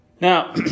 Now